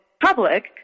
public